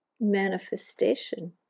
manifestation